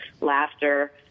laughter